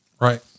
Right